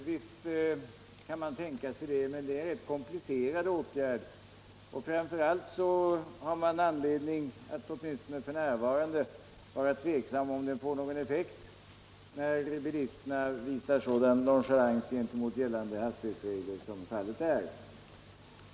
Herr talman! Visst kan man tänka sig det, men det är en rätt komplicerad åtgärd. Framför allt har man anledning att åtminstone f. n. vara tveksam om den skulle få någon effekt, när bilisterna visar sådan nonchalans gentemot gällande hastighetsregler som fallet är.